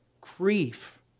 grief